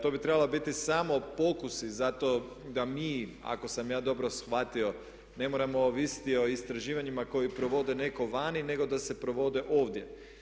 To bi trebala biti samo pokusi zato da mi ako sam ja dobro shvatio ne moramo ovisiti o istraživanjima koje provode netko vani nego da se provode ovdje.